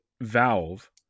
Valve